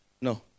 No